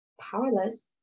powerless